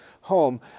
home